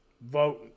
vote